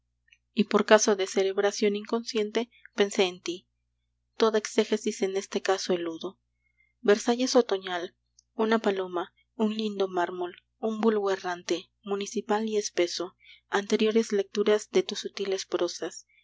y por caso de cerebración inconsciente pensé en ti toda exégesis en este caso eludo versalles otoñal una paloma un lindo mármol un vulgo errante municipal y espeso anteriores lecturas de tus sutiles prosas